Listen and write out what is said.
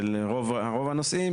של רוב הנוסעים,